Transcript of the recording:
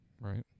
right